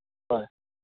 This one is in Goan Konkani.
हय